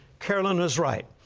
carolyn was right.